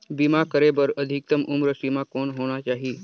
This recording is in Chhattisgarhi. बीमा करे बर अधिकतम उम्र सीमा कौन होना चाही?